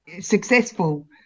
successful